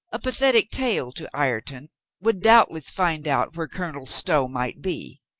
a pathetic tale to ireton would doubtless find out where colonel stow might be.